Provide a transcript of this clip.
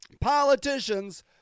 politicians